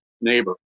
neighbor